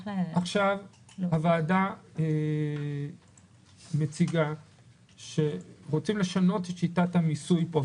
עכשיו הוועדה מציגה שרוצים לשנות את שיטת המיסוי פה,